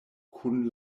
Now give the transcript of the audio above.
kun